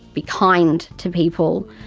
be kind to people.